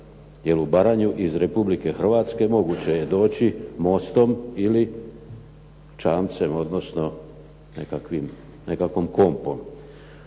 jer u Baranje u Republiku Hrvatsku moguće je doći mostom ili čamcem, odnosno nekakvom kompom.